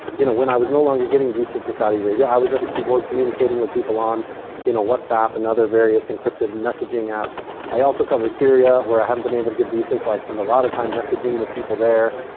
you know, when i was no longer getting visas to saudi arabia, i was at the keyboard communicating with people on you know whatsapp and other various encrypted messaging apps i also cover syria where i hadn't been able to get visas, so i spent a lot of time messaging with people there,